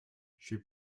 she